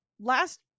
last